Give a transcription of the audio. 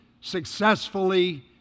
successfully